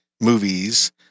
movies